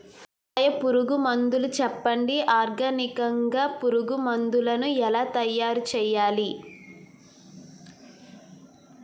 రసాయన పురుగు మందులు చెప్పండి? ఆర్గనికంగ పురుగు మందులను ఎలా తయారు చేయాలి?